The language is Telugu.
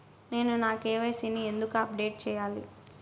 నేను నా కె.వై.సి ని ఎందుకు అప్డేట్ చెయ్యాలి?